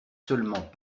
seulement